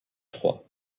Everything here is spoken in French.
troyes